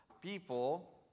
people